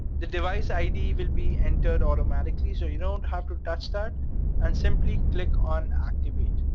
the device id will be entered automatically so you don't have to touch that, and simply click on activate,